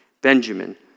Benjamin